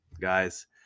guys